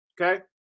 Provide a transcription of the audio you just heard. okay